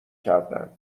کردن